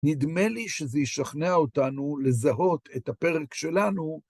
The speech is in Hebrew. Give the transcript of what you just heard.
נדמה לי שזה ישכנע אותנו לזהות את הפרק שלנו.